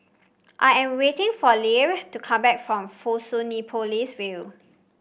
I am waiting for to come back from Fusionopolis View